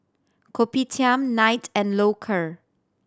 Kopitiam Knight and Loacker